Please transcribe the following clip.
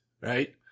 right